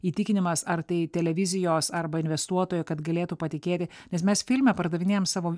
įtikinimas ar tai televizijos arba investuotojo kad galėtų patikėti nes mes filme pardavinėjame savo